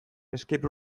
escape